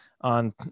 on